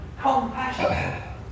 Compassion